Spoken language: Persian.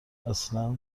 اصلا